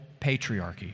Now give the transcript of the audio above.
patriarchy